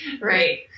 Right